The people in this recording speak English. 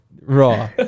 Raw